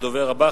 הדובר הבא,